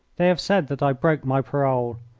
they have said that i broke my parole.